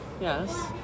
Yes